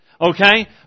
Okay